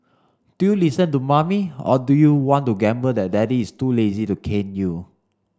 do you listen to mommy or do you want to gamble that daddy is too lazy to cane you